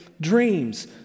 dreams